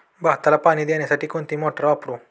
भाताला पाणी देण्यासाठी कोणती मोटार वापरू?